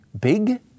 big